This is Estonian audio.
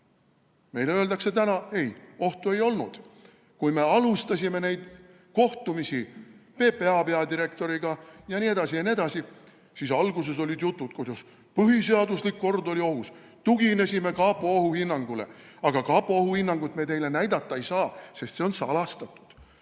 Meile öeldakse täna: ei, ohtu ei olnud. Kui me alustasime neid kohtumisi PPA peadirektoriga jne, siis alguses olid jutud, kuidas põhiseaduslik kord oli ohus ja tugineti kapo ohuhinnangule, aga kapo ohuhinnangut teile näidata ei saa, sest see on salastatud.